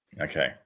Okay